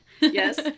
yes